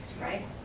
right